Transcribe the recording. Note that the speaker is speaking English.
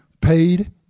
paid